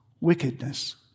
wickedness